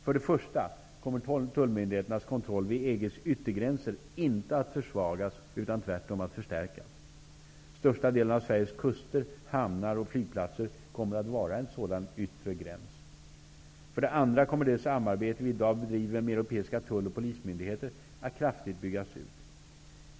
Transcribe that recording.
För det första kommer tullmyndigheternas kontroll vid EG:s yttergränser inte att försvagas utan tvärtom att förstärkas. Största delen av Sveriges kuster, hamnar och flygplatser kommer att vara en sådan yttre gräns. För det andra kommer det samarbete som vi i dag bedriver med europeiska tull och polismyndigheter att kraftigt byggas ut.